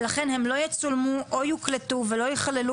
ולכן הם לא יצולמו או יוקלטו ולא ייכללו